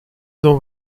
dans